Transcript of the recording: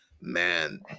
man